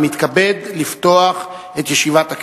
אני מתכבד לפתוח את ישיבת הכנסת.